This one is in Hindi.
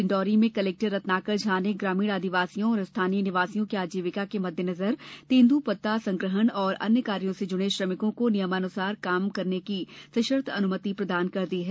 डिण्डौरी में कलेक्टर रत्नाकर झा ने ग्रामीण आदिवासियों और स्थानीय निवासियों की आजीविका के मद्देनजर तेंद्रपत्ता संग्रहण और अन्य कार्यों से जुड़े श्रमिकों को नियमानुसार काम करने की सशर्त अनुमति प्रदान कर दी हैं